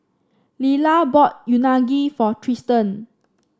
Lilah bought Unagi for Tristen